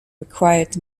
required